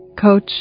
coach